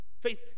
faith